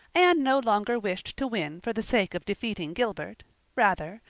anne no longer wished to win for the sake of defeating gilbert rather,